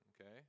okay